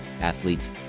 athletes